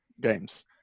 games